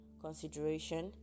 consideration